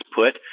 put